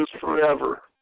forever